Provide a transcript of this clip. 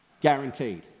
Guaranteed